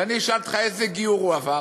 ואני אשאל אותך איזה גיור הוא עבר?